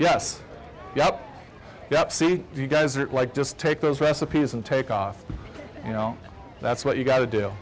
yes yup yup see you guys are like just take those recipes and take off you know that's what you got to do